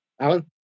Alan